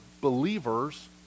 believers